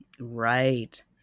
Right